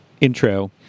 intro